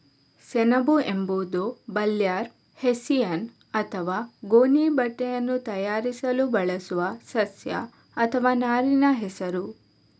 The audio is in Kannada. ಸೆಣಬು ಎಂಬುದು ಬರ್ಲ್ಯಾಪ್, ಹೆಸ್ಸಿಯನ್ ಅಥವಾ ಗೋಣಿ ಬಟ್ಟೆಯನ್ನು ತಯಾರಿಸಲು ಬಳಸುವ ಸಸ್ಯ ಅಥವಾ ನಾರಿನ ಹೆಸರು